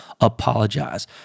apologize